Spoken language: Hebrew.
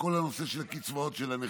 בכל הנושא של קצבאות הנכים,